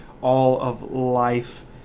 all-of-life